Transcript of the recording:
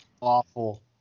awful